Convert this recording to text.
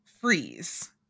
freeze